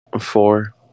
four